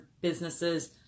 businesses